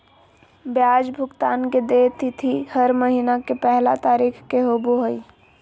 ब्याज भुगतान के देय तिथि हर महीना के पहला तारीख़ के होबो हइ